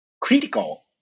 critical